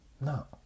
No